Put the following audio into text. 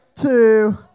two